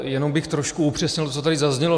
Jenom bych trošku upřesnil, co tady zaznělo.